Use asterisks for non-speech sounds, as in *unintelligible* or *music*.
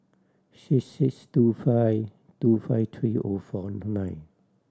six six two five two five three O four *unintelligible* nine